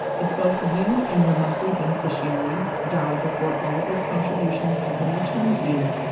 if both you and your monthly beneficiary die before all of your contributions have been returned to you,